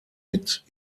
mit